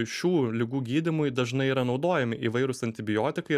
šių ligų gydymui dažnai yra naudojami įvairūs antibiotikai